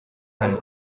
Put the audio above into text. hano